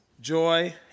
joy